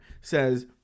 says